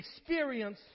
experience